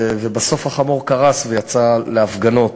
ובסוף החמור קרס ויצא להפגנות.